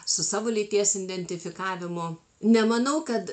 su savo lyties identifikavimu nemanau kad